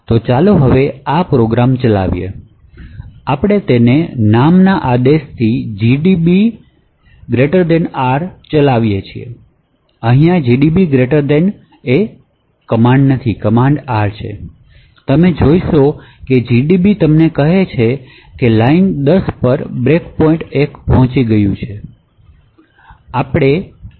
તો ચાલો હવે આ પ્રોગ્રામ ચલાવીએ આપણે તેને નામના આદેશથી gdb rચલાવીએ છીએ અને તમે જે જોશો તે છે gdb તમને કહે છે કે લીટી 10 પર બ્રેક પોઇન્ટ 1 પહોંચી ગયું છે